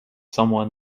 someone